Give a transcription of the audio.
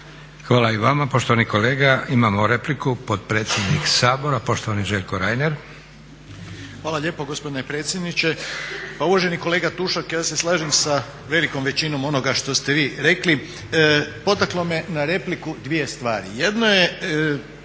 Hvala i vama poštovani kolega. Imamo repliku, potpredsjednik Sabora poštovani Željko Reiner. **Reiner, Željko (HDZ)** Hvala lijepo gospodine predsjedniče. Pa uvaženi kolega Tušak ja se slažem sa velikom većinom onoga što ste vi rekli. Potaklo me na repliku dvije stvari. Jedno je